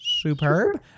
superb